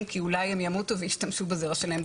כי אולי הם ימותו וישתמשו בזרע שלהם.